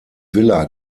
villa